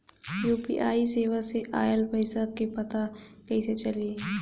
UPI सेवा से oil पैसा क पता कइसे चली?